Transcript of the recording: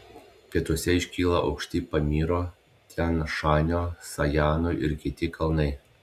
pietuose iškyla aukšti pamyro tian šanio sajanų ir kiti kalnai